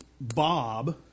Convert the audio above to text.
Bob